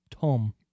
Tom